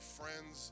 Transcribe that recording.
friends